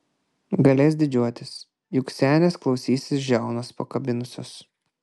galės didžiuotis juk senės klausysis žiaunas pakabinusios